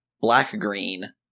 black-green